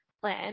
plan